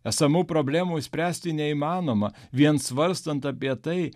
esamų problemų išspręsti neįmanoma vien svarstant apie tai